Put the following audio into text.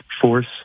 force